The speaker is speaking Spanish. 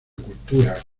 cultura